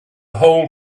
whole